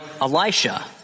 Elisha